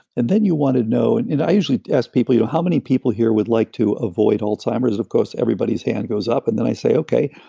and then you want to know, and and i usually ask people, you know how many people here would like to avoid alzheimer's? and of course everybody's hand goes up. and then i say, okay,